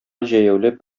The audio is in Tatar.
җәяүләп